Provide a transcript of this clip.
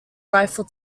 rifle